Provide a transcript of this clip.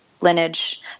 lineage